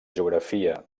geografia